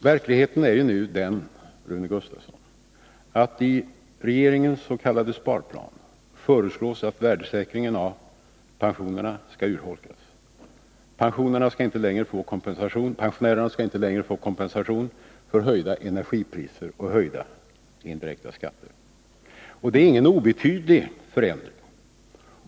Verkligheten är ju nu den, Rune Gustavsson, att det i regeringens s.k. sparplan föreslås att värdesäkringen av pensionerna skall urholkas. Pensionärerna skall inte längre få kompensation för höjda energipriser och höjda indirekta skatter. Det är ingen obetydlig förändring.